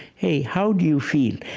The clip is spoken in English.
hey, how do you feel?